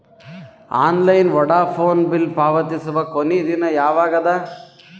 Online Vodafone bill ಪಾವತಿಸುವ ಕೊನಿ ದಿನ ಯವಾಗ ಅದ?